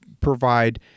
provide